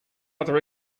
other